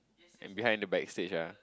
and behind the backstage ah